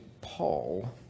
Paul